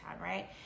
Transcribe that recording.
right